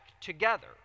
together